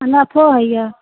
नफो होइए